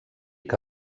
que